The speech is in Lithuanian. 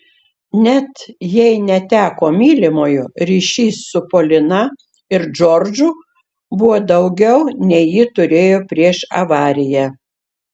net jei neteko mylimojo ryšys su polina ir džordžu buvo daugiau nei ji turėjo prieš avariją